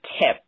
tip